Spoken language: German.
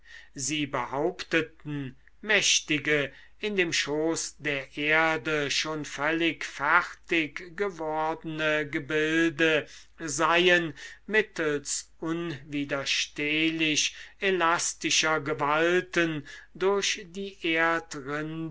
sie behaupteten mächtige in dem schoß der erde schon völlig fertig gewordene gebilde seien mittelst unwiderstehlich elastischer gewalten durch die